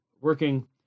working